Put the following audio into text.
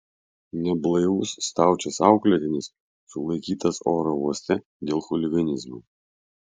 neblaivus staučės auklėtinis sulaikytas oro uoste dėl chuliganizmo